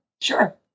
Sure